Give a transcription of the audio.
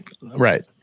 Right